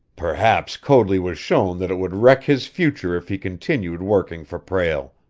perhaps coadley was shown that it would wreck his future if he continued working for prale.